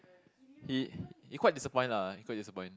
he he quite disappoint lah he quite disappoint